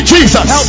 Jesus